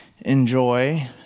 enjoy